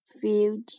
field